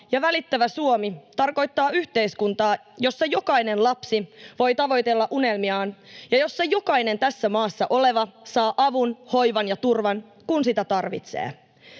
ja välittävä Suomi tarkoittaa yhteiskuntaa, jossa jokainen lapsi voi tavoitella unelmiaan ja jossa jokainen tässä maassa oleva saa avun, hoivan ja turvan, kun sitä tarvitsee.